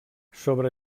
sobre